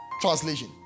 translation